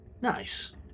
Nice